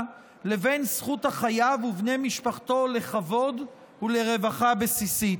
לבין זכות החייב ובני משפחתו לכבוד ולרווחה בסיסית.